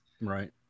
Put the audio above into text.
Right